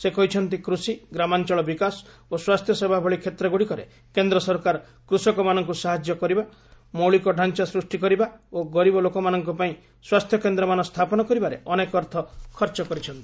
ସେ କହିଛନ୍ତି କୃଷି ଗ୍ରାମାଞ୍ଚଳ ବିକାଶ ଓ ସ୍ୱାସ୍ଥ୍ୟସେବା ଭଳି କ୍ଷେତ୍ରଗୁଡିକରେ କେନ୍ଦ୍ର ସରକାର କୃଷକମାନଙ୍କୁ ସାହାଯ୍ୟ କରିବା ମୌଳିକ ଡାଞ୍ଚା ସୃଷ୍ଟି କରିବା ଓ ଗରିବ ଲୋକମାନଙ୍କ ପାଇଁ ସ୍ୱାସ୍ଥ୍ୟକେନ୍ଦ୍ର ମାନ ସ୍ଥାପନ କରିବାରେ ଅନେକ ଅର୍ଥ ଖର୍ଚ୍ଚ କରିଛନ୍ତି